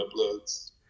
uploads